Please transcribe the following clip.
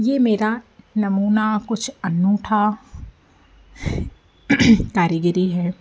यह मेरा नमूना कुछ अनूठा कारीगरी है